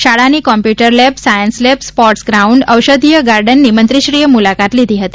શાળાના computer lab science lab sports ground ઔષધિય ગાર્ડનની મંત્રીશ્રીએ મુલાકાત લીધી હતી